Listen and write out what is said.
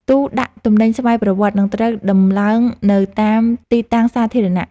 ទូដាក់ទំនិញស្វ័យប្រវត្តិ នឹងត្រូវដំឡើងនៅតាមទីតាំងសាធារណៈ។